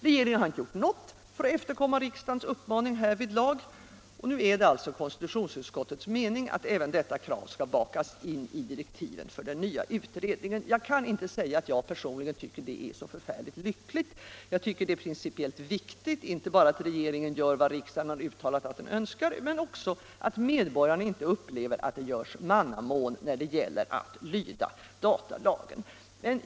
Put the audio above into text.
Regeringen har inte gjort något för att efterkomma riksdagens uppmaning härvidlag. Nu är det alltså konstitutionsutskottets mening att även detta krav skall bakas in i direktiven för den nya utredningen. Jag kan inte säga att jag personligen tycker att detta är särskilt lyckligt. Jag anser att det är principiellt viktigt, inte bara att regeringen gör vad riksdagen har uttalat att den önskar, utan också att medborgarna inte upplever att det görs mannamån när det gäller att lyda datalagen.